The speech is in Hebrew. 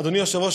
אדוני היושב-ראש,